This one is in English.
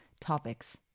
topics